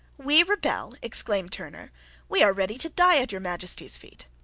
we rebel! exclaimed turner we are ready to die at your majesty's feet.